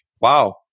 wow